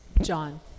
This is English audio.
John